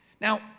Now